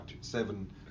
seven